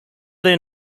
their